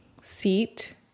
seat